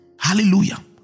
Hallelujah